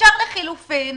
אפשר לחילופין,